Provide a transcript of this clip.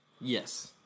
Yes